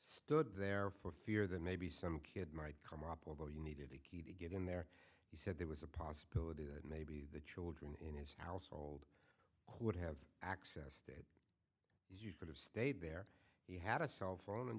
stood there for fear that maybe some kid might come up although you needed a key to get in there he said there was a possibility that maybe the children in his household who would have access to could have stayed there he had a cell phone and